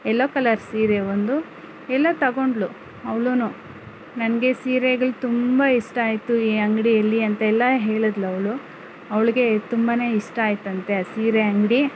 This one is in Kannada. ಯಲ್ಲೋ ಕಲ್ಲರ್ ಸೀರೆ ಒಂದು ಎಲ್ಲ ತೆಗೊಂಡಳು ಅವಳೂ ನನಗೆ ಸೀರೆಗಳು ತುಂಬ ಇಷ್ಟ ಆಯಿತು ಈ ಅಂಗಡಿಯಲ್ಲಿ ಅಂತ ಎಲ್ಲ ಹೇಳಿದ್ಳು ಅವಳು ಅವಳಿಗೆ ತುಂಬ ಇಷ್ಟ ಆಯ್ತಂತೆ ಆ ಸೀರೆ ಅಂಗಡಿ